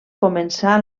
començà